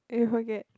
you forget